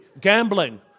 gambling